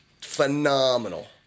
Phenomenal